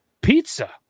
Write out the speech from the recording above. Pizza